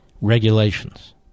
regulations